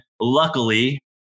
luckily